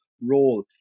role